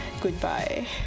goodbye